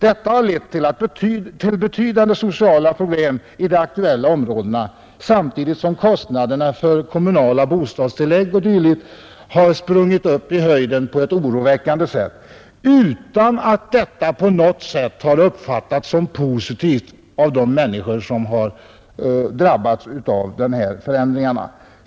Det har lett till betydande sociala problem i de aktuella städerna, samtidigt som kostnaderna för kommunala bostadstillägg och dylikt har sprungit i höjden på ett oroväckande sätt, utan att detta på något sätt uppfattats som positivt av de människor som drabbats av förändringarna.